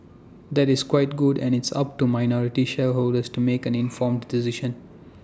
that is quite good and it's up to minority shareholders to make an informed decision